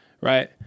right